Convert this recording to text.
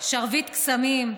שרביט קסמים,